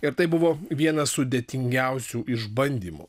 ir tai buvo vienas sudėtingiausių išbandymų